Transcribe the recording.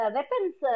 Weapons